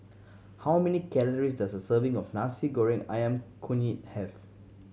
how many calories does a serving of Nasi Goreng Ayam Kunyit have